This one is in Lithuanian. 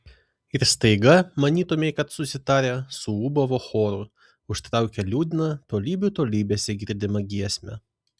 ir staiga manytumei kad susitarę suūbavo choru užtraukė liūdną tolybių tolybėse girdimą giesmę